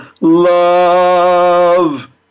love